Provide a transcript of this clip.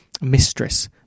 mistress